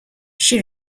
she